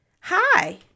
hi